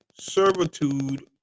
servitude